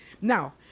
Now